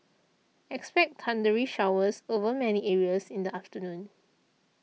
expect thundery showers over many areas in the afternoon